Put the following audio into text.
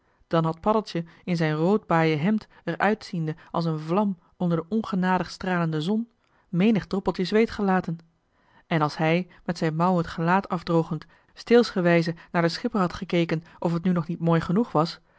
dan had paddeltje in zijn rood baaien hemd er uitziende als een vlam onder de ongenadig stralende zon menig droppeltje zweet gelaten en als hij met zijn mouw het gelaat afdrogend steelsgewijze naar den schipper had gekeken of het nu nog niet mooi genoeg was